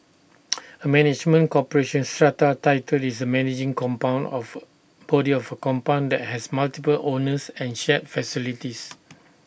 A management corporation strata title is the managing compound of body of A compound that has multiple owners and shared facilities